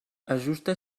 ajusta